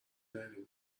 نداری